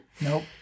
Nope